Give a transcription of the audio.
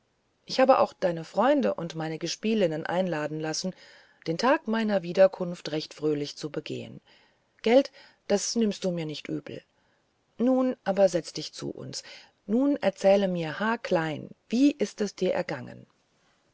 ich habe auch deine freunde und meine gespielinnen einladen lassen den tag deiner wiederkunft recht fröhlich zu begehen gelt das nimmst du nicht übel nun aber setze dich zu uns nun erzähle mir haarklein wie ist es dir ergangen